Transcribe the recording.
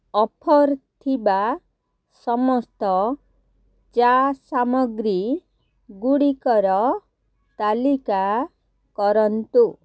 offer ଥିବା ସମସ୍ତ ଚା ସାମଗ୍ରୀ ଗୁଡ଼ିକର ତାଲିକା କରନ୍ତୁ